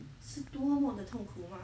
是多么的痛苦吗